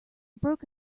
broke